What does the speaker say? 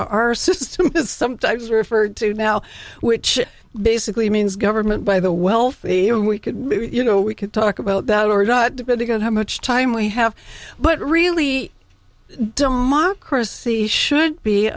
our system is sometimes referred to l which basically means government by the wealthy and we could you know we could talk about that or not depending on how much time we have but really democracy should be